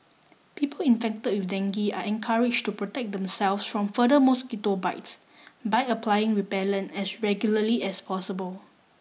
people infected with dengue are encouraged to protect themselves from further mosquito bites by applying repellent as regularly as possible